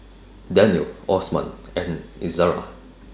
Danial Osman and Izara